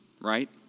right